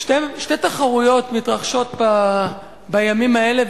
שתי תחרויות מתרחשות בימים האלה,